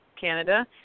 Canada